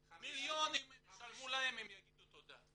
מיליון אם ישלמו להם הם יגידו תודה.